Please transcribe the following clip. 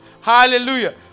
Hallelujah